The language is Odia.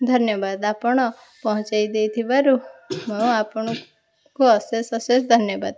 ଧନ୍ୟବାଦ ଆପଣ ପହଞ୍ଚାଇ ଦେଇଥିବାରୁ ମୁଁ ଆପଣଙ୍କୁ ଅଶେଷ ଅଶେଷ ଧନ୍ୟବାଦ